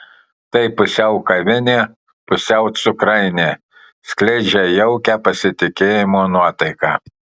tai pusiau kavinė pusiau cukrainė skleidžia jaukią pasitikėjimo nuotaiką